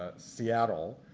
ah seattle.